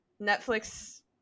Netflix